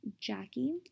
Jackie